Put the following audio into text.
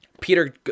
Peter